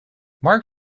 mark